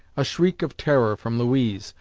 a shriek of terror from louise,